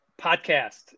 podcast